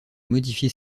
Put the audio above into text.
modifier